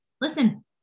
Listen